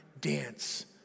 dance